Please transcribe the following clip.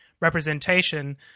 representation